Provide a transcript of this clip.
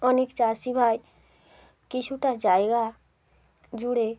অনেক চাষিভাই কিছুটা জায়গা জুড়ে